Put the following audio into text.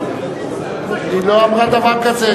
מסע הייסורים הזה שלא נגמר.